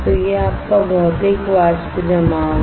तो यह आपका भौतिक वाष्प जमाव है